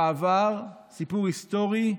בעבר, בסיפור היסטורי,